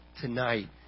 tonight